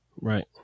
right